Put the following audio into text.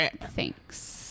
thanks